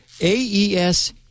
AES